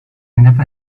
never